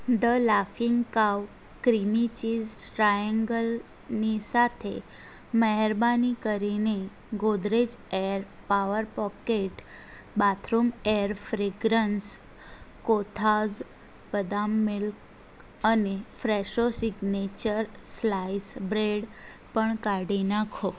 the laughing cow creamy cheese ટ્રાએંગલની સાથે મહેરબાની કરીને Godrej air power pocket bathroom air fragrance કોથાઝ બદામ મિલ્ક અને ફ્રેશો સિગ્નેચર સ્લાઈસ બ્રેડ પણ કાઢી નાખો